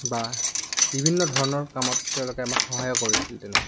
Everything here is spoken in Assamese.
বা বিভিন্ন ধৰণৰ কামত তেওঁলোকে আমাক সহায়ো কৰিছিল তেনেকৈ